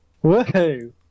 Whoa